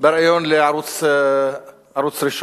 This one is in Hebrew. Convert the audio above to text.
בריאיון לערוץ הראשון: